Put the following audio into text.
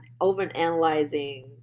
over-analyzing